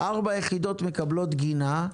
ארבע יחידות מקבלות גינה,